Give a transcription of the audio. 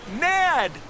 Ned